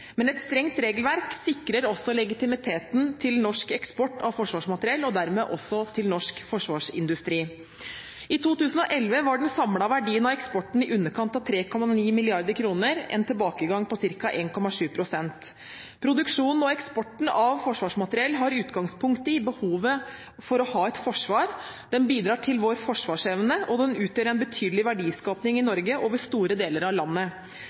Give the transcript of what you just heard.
Men et strengt regelverk sikrer også legitimiteten til norsk eksport av forsvarsmateriell og dermed også norsk forsvarsindustri. I 2011 var den samlede verdien av eksporten på i underkant av 3,9 mrd. kr – en tilbakegang på ca. 1,7 pst. Produksjonen og eksporten av forsvarsmateriell har utgangspunkt i behovet for å ha et forsvar, den bidrar til vår forsvarsevne og utgjør en betydelig verdiskaping i Norge over store deler av landet.